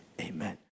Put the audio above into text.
amen